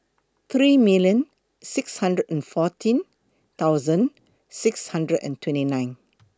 three million six hundred and fourteen thousand six hundred and twenty nine